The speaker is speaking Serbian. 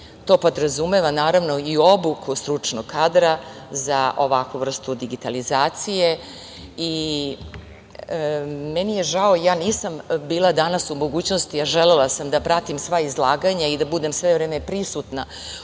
podrazumeva naravno i obuku stručnog kadra za ovakvu vrstu digitalizacije. Meni je žao, nisam bila danas u mogućnosti, a želela sam da pratim sva izlaganja i da budem sve vreme prisutna